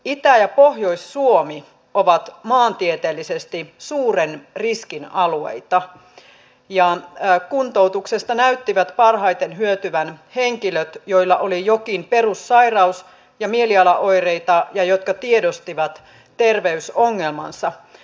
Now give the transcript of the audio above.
itä ja pohjois suomi ovat maantieteellisesti suuren riskin alueita ja kuntoutuksesta näyttivät parhaiten hyötyvän henkilöt joilla oli jokin perussairaus ja mielialaoireita ja jotka tiedostivat terveysongelmansa